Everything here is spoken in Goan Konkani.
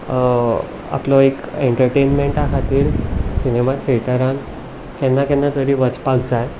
आपलो एक एन्टर्टेनमेंटा खातीर सिनेमा थिएटरांत केन्ना केन्ना तरी वचपाक जाय